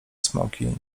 smoki